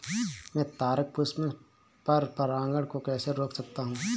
मैं तारक पुष्प में पर परागण को कैसे रोक सकता हूँ?